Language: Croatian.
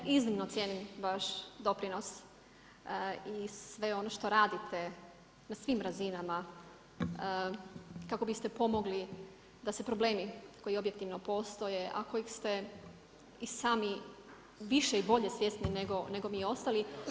Kolegice iznimno cijenim vaš doprinos i sve ono što radite na svim razinama kako biste pomogli da se problemi koji objektivno postoje a kojih ste i sami više i bolje svjesni nego mi ostali.